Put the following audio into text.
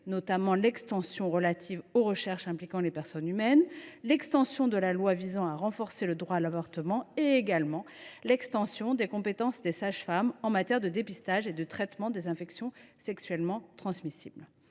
notamment des dispositions relatives aux recherches impliquant la personne humaine, des éléments issus de la loi visant à renforcer le droit à l’avortement ainsi que l’extension des compétences des sages femmes en matière de dépistage et de traitement des infections sexuellement transmissibles.